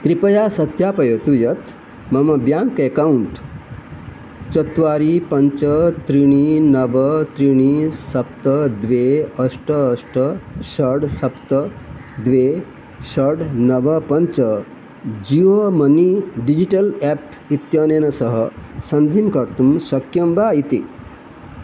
कृपया सत्यापयतु यत् मम ब्याङ्क् अकौण्ट् चत्वारि पञ्च त्रीणि नव त्रीणि सप्त द्वे अष्ट अष्ट षड् सप्त द्वे षड् नव पञ्च जियो मनी डिजिटल् एप् इत्यनेन सह सन्धिं कर्तुं शक्यं वा इति